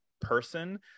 person